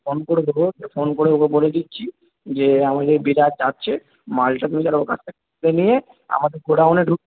phone করে দেব phone করে ওকে বলে দিচ্ছি যে আমাদের বিরাট যাচ্ছে মালটা তুমি তাহলে ওর কাছ নিয়ে আমাদের গোডাউনে ঢু